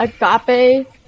agape